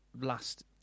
last